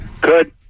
Good